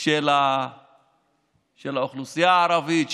של האוכלוסייה הערבית,